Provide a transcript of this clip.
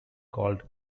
called